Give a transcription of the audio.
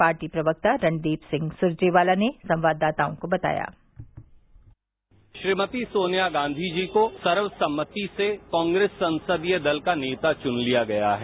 party प्रवक्ता रणदीप सिंह सुरजेवाला ने संवाददाताओं को बताया श्रीमती सोनिया गांधीजी को सर्वसम्पति से कांग्रेस संसदीय दल का नेता चुन लिया गया है